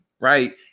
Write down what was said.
right